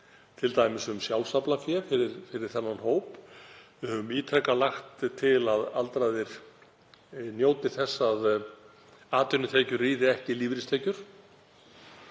t.d. um sjálfsaflafé fyrir þennan hóp. Við höfum ítrekað lagt til að aldraðir njóti þess að atvinnutekjur rýri ekki lífeyristekjur.